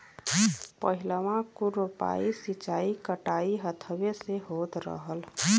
पहिलवाँ कुल रोपाइ, सींचाई, कटाई हथवे से होत रहल